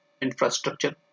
infrastructure